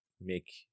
make